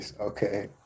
Okay